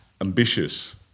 ambitious